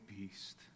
beast